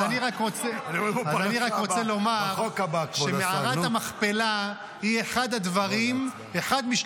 אז אני רק רוצה לומר שמערת המכפלה היא אחד משלושה